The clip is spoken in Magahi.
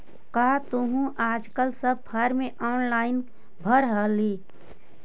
का तुहूँ आजकल सब फॉर्म ऑनेलाइन भरऽ हही?